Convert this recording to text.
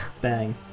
Bang